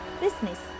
Business